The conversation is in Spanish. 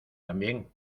también